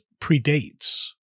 predates